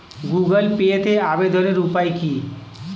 Google পেতে আবেদনের উপায় কি?